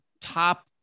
top